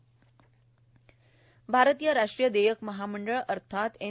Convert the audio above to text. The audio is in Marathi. ससस भारतीय राष्ट्रीय देयक महामंडळ अर्थात एन